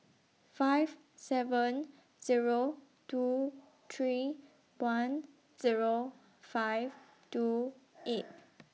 five seven Zero two three one Zero five two eight